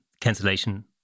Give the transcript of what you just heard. cancellation